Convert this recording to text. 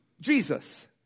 Jesus